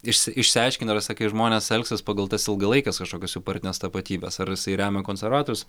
išsi išsiaiškint ta prasme kaip žmonės elgsis pagal tas ilgalaikes kažkokias jų partines tapatybes ar jisai remia konservatorius